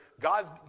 God's